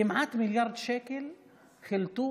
כמעט מיליארד שקל חילטו,